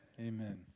Amen